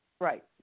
Right